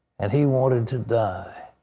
and he wanted to die.